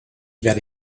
werde